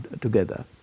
together